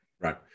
Right